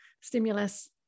stimulus